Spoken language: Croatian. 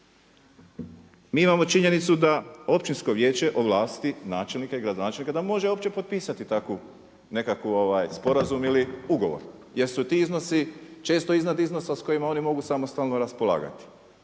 Mi imamo činjenicu da općinsko vijeće ovlasti načelnika i gradonačelnika da može uopće potpisati takvu nekakvu, sporazum ili ugovor jer su ti iznosi često iznad iznosa s kojima oni mogu samostalno raspolagati.